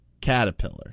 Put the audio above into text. caterpillar